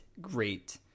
great